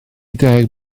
deg